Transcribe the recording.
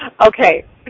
Okay